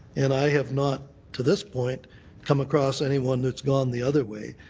and i have not to this point come across anyone that's gone the other way.